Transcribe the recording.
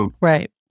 Right